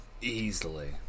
easily